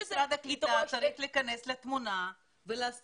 כאן משרד הקליטה צריך להיכנס לתמונה ולעשות